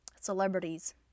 Celebrities